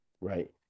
Right